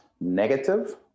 negative